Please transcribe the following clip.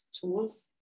tools